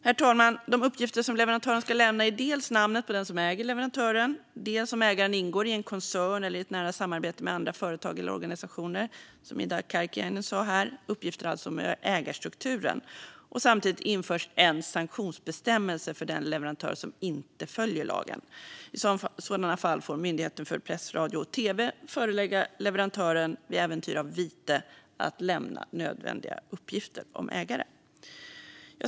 Herr talman! De uppgifter som leverantören ska lämna är dels namnet på den som äger leverantören, dels uppgifter om ägarstrukturen, vilket handlar om huruvida ägaren ingår i en koncern eller i ett nära samarbete med andra företag eller organisationer, som Ida Karkiainen sa. Samtidigt införs en sanktionsbestämmelse för den leverantör som inte följer lagen. I sådana fall får Myndigheten för press, radio och tv förelägga leverantören, vid äventyr av vite, att lämna nödvändiga uppgifter om ägare.